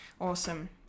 awesome